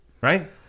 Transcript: Right